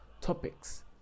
topics